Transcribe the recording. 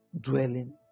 dwelling